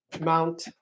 Mount